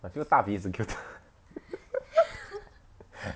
I feel 大鼻子 cuter